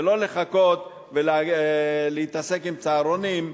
ולא לחכות ולהתעסק עם "סהרונים",